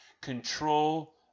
control